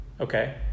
Okay